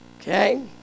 Okay